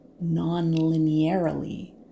non-linearly